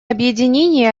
объединения